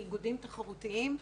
מאיגודים תחרותיים,